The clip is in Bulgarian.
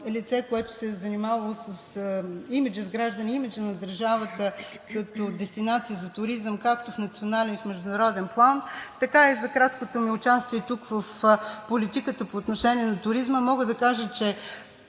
лице, което се е занимавало с изграждане имиджа на държавата като дестинация за туризъм както в национален и в международен, така и за краткото ми участие тук в политиката по отношение на туризма, мога да кажа, че